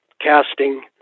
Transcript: casting